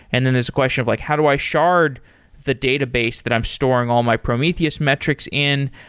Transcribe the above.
and then there's a question of like, how do i shard the database that i'm storing all my prometheus metrics in?